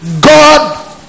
God